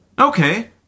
Okay